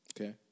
Okay